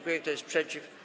Kto jest przeciw?